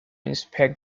inspect